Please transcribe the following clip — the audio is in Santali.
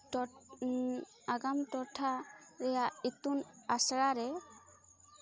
ᱟᱜᱟᱢ ᱴᱚᱴᱷᱟ ᱨᱮᱭᱟᱜ ᱤᱛᱩᱱ ᱟᱥᱲᱟᱨᱮ